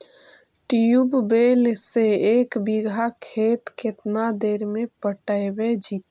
Tubewell से एक बिघा खेत केतना देर में पटैबए जितै?